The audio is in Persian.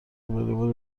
والیبال